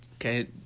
okay